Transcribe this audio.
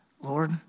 Lord